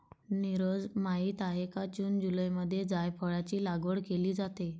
नीरज माहित आहे का जून जुलैमध्ये जायफळाची लागवड केली जाते